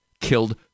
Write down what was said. killed